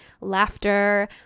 laughter